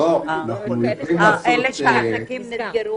עסקים שנסגרו.